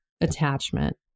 attachment